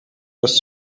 was